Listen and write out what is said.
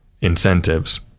incentives